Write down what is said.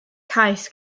cais